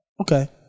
Okay